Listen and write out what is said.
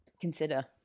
consider